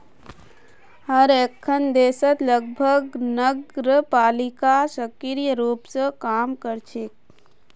हर एकखन देशत लगभग नगरपालिका सक्रिय रूप स काम कर छेक